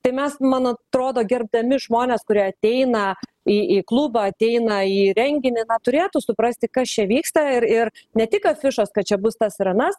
tai mes man atrodo gerbdami žmones kurie ateina į į klubą ateina į renginį turėtų suprasti kas čia vyksta ir ir ne tik afišos kad čia bus tas ar anas